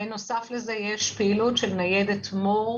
בנוסף לזה יש פעילות של ניידת מור